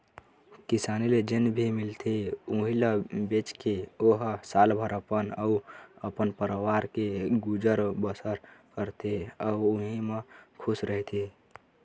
किसानी ले जेन भी मिलथे उहीं ल बेचके ओ ह सालभर अपन अउ अपन परवार के गुजर बसर करथे अउ उहीं म खुस रहिथे